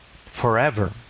forever